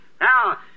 Now